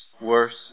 worse